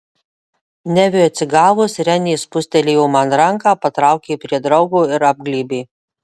neviui atsigavus renė spustelėjo man ranką patraukė prie draugo ir apglėbė